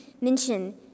mention